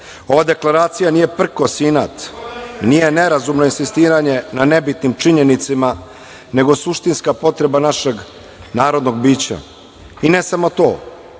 deklaracija nije prkos i inat, nije nerazumno insistiranje na nebitnim činjenicama nego suštinska potreba našeg narodnog bića i ne samo to.